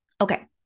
Okay